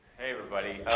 hey everybody.